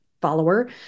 follower